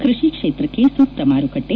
ಕೃಷಿ ಕ್ಷೇತಕ್ಕೆ ಸೂಕ್ತ ಮಾರುಕಟ್ಟೆ